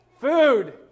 Food